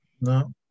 No